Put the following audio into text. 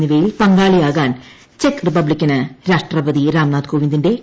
എന്നിവയിൽ പങ്കാളിയാകാൻ ചെക്ക് റിപ്പബ്ലിക്കിന് രാഷ്ട്രപതി രാംനാഥ് കോവിന്ദിന്റെ ക്ഷണം